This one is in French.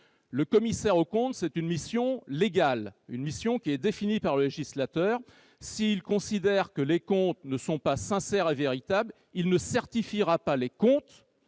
Le commissaire aux comptes a une mission légale, qui est définie par le législateur. S'il considère que les comptes ne sont pas sincères et véritables, il ne les certifiera pas ; il formulera